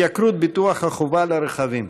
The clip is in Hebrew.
התייקרות ביטוח החובה לרכבים.